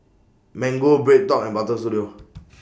Mango BreadTalk and Butter Studio